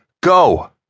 Go